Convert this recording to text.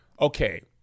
okay